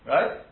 Right